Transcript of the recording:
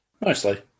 nicely